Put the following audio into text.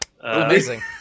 Amazing